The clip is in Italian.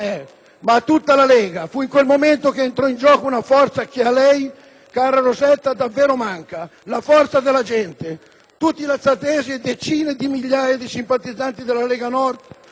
ma a tutta la Lega Nord. Fu in quel momento che entrò in gioco una forza che a lei, cara Rosetta, davvero manca, la forza della gente: tutti i lazzatesi e decine di migliaia di simpatizzanti della Lega Nord